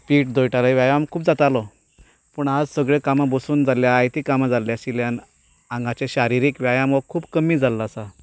पीट दळटाले व्यायाम खूब जातालो पूण आयज सगलीं कामां बसून जाल्ल्यान आयतीं कामां जाल्या आशिल्ल्यान आंगाचे शारिरीक व्यायाम हो खूब कमी जाल्लो आसा